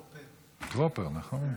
טרוֹפר, נכון?